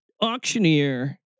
auctioneer